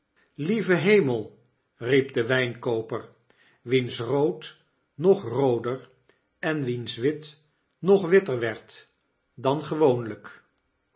lieve hemel riep de wynkooper wiens rood nog rooder en wiens wit nog witter werd dan gewoonlyk